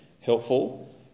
helpful